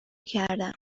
کردم